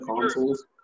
consoles